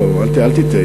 אל תטעה.